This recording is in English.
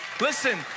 Listen